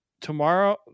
tomorrow